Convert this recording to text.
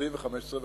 וחמש.